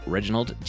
Reginald